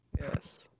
Yes